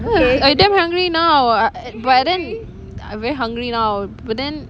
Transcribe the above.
!wah! I damn hungry now ah but then I very hungry now but then